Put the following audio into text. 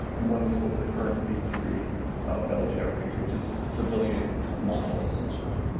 and one was the current b three bell jet ranger, which is the civilian model, essentially.